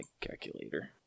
calculator